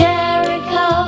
Jericho